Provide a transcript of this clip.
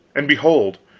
and behold,